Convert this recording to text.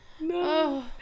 No